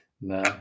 No